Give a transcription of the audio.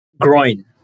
Groin